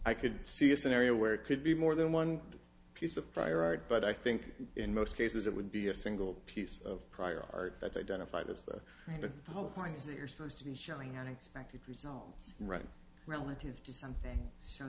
i could see a scenario where it could be more than one piece of prior art but i think in most cases it would be a single piece of prior art that's identified as the whole point is that you're supposed to be showing unexpected results right relative to something